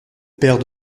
père